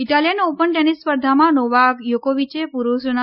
Italian open tennis સ્પર્ધામાં Novak યોકોવીયે પુરૂષોના